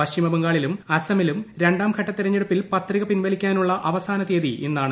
പശ്ചിമ ബംഗാളിലും അസമിലും രണ്ടാം ഘട്ട തെരഞ്ഞെടുപ്പിൽ പത്രിക പിൻവലിക്കാനുളള അവസാന തീയതി ഇന്നാണ്